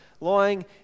lying